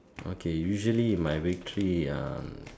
okay usually my victory um